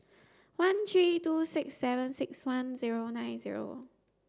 one three two six seven six one zero nine zero